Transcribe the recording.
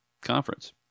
conference